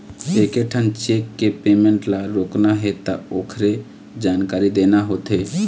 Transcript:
एकेठन चेक के पेमेंट ल रोकना हे त ओखरे जानकारी देना होथे